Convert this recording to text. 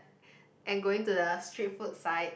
and going to the street food side